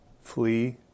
Flee